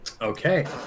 Okay